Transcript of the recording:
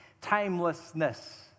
timelessness